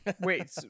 Wait